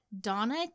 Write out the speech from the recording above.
Donna